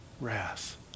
wrath